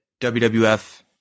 WWF